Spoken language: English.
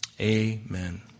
amen